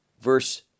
verse